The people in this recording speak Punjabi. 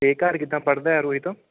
ਅਤੇ ਘਰ ਕਿੱਦਾਂ ਪੜ੍ਹਦਾ ਹੈ ਰੋਹਿਤ